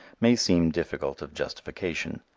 may seem difficult of justification.